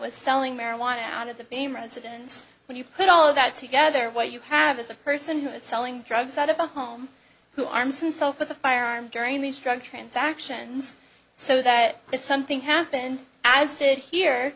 was selling marijuana out of the game residence when you put all of that together what you have is a person who is selling drugs out of a home who arms himself with a firearm during these drug transactions so that if something happened as did here